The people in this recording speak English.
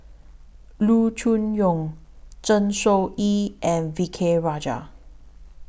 Loo Choon Yong Zeng Shouyin and V K Rajah